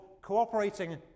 cooperating